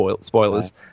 spoilers